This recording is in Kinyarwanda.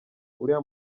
uriya